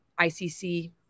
ICC